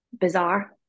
bizarre